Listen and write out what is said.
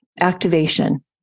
activation